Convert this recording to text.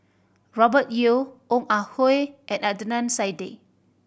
Robert Yeo Ong Ah Hoi and Adnan Saidi